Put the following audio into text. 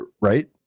right